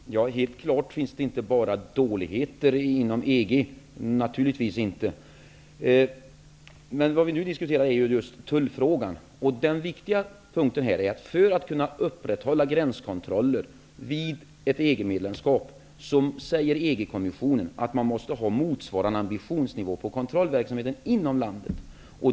Herr talman! Helt klart finns det naturligtvis inte bara dåligheter inom EG. Men vad vi nu diskuterar är just tullfrågan. Den viktiga punkten i det sammanhanget är att EG-kommissionen, för att vid ett EG-medlemskap kunna upprätthålla gränskontroller, säger att man måste ha motsvarande ambitionsnivå på kontrollverksamheten inom landet.